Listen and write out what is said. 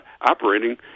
operating